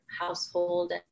household